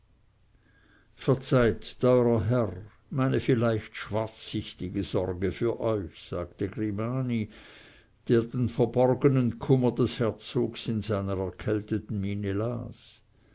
verzeiht teurer herr meine vielleicht schwarzsichtige sorge für euch sagte grimani der den verborgenen kummer des herzogs in seiner erkälteten miene las